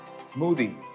Smoothies